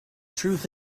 truth